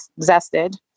Zested